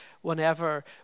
whenever